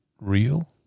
real